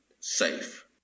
safe